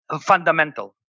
fundamental